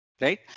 Right